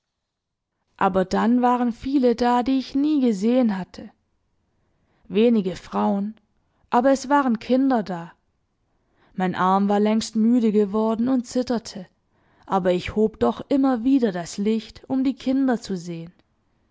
aber dann waren viele da die ich nie gesehen hatte wenige frauen aber es waren kinder da mein arm war längst müde geworden und zitterte aber ich hob doch immer wieder das licht um die kinder zu sehen